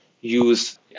use